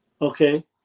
Okay